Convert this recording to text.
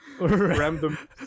random